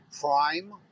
Prime